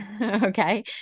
Okay